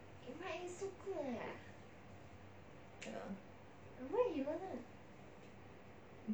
ya